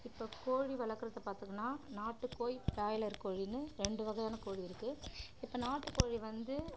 இப்போ கோழி வளர்க்குறத பார்த்தீங்கன்னா நாட்டுக் கோழி பிராயிலர் கோழினு ரெண்டு வகையானா கோழி இருக்குது இப்போ நாட்டுக் கோழி வந்து